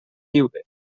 lliure